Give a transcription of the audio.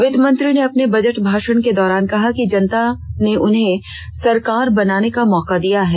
वित्त मंत्री ने अपने बजट भाषण के दौरान कहा कि जनता ने उन्हें सरकार बनाने का मौका दिया है